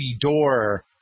door